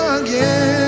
again